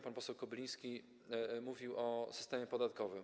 Pan poseł Kobyliński mówił o systemie podatkowym.